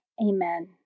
Amen